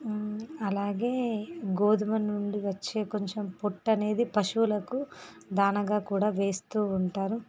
అలాగే గోధుమ నుండి వచ్చే కొంచెం పొట్టు అనేది పశువులకు దానాగా కూడా వేస్తుఉంటారు